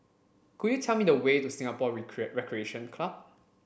could you tell me the way to Singapore Recreation Club